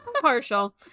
Partial